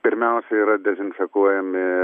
pirmiausia yra dezinfekuojami